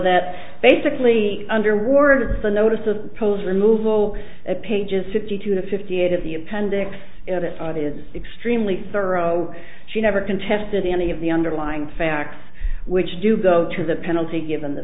that basically under word the notice of polls removal at pages fifty two to fifty eight of the appendix the is extremely thorough she never contested any of the underlying facts which do go to the penalty given the